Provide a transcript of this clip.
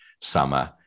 summer